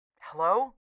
Hello